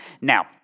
Now